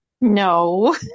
no